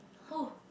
who